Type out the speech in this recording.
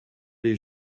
les